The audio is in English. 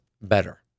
better